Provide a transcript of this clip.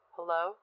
Hello